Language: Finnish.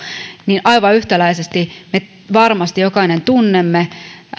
niin aivan yhtäläisesti me varmasti jokainen tunnemme jonkun joka sairastaa